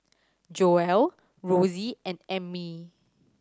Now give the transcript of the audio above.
Joelle Rossie and Ammie